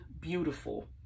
beautiful